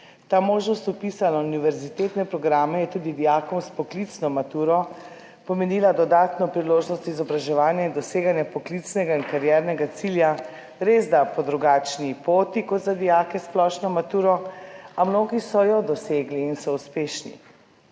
Ta možnost vpisa na univerzitetne programe je tudi dijakom s poklicno maturo pomenila dodatno priložnost izobraževanja in doseganja poklicnega in kariernega cilja, res da po drugačni poti kot za dijake s splošno maturo, a mnogi so jo dosegli in so uspešni.